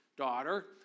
daughter